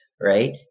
right